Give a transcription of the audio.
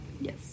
Yes